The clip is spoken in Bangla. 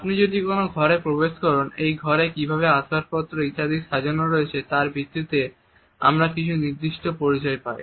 আপনি যদি কোন ঘরে প্রবেশ করেন এই ঘরে কীভাবে আসবাব ইত্যাদি সাজান হয়েছে তার ভিত্তিতে আমরা কিছু নির্দিষ্ট পরিচয় পাই